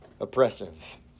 Oppressive